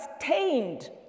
sustained